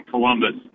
Columbus